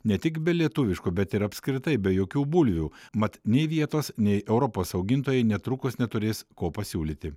ne tik be lietuviškų bet ir apskritai be jokių bulvių mat nei vietos nei europos augintojai netrukus neturės ko pasiūlyti